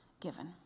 given